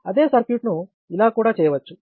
అదే సర్క్యూట్ను ఇలా కూడా చేయవచ్చు